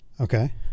Okay